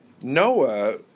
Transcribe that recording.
Noah